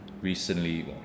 recently